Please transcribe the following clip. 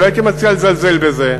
ולא הייתי מציע לזלזל בזה,